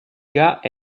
gars